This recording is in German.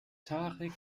tarek